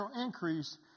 increase